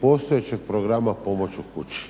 postojećeg programa "Pomoć u kući".